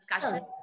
discussion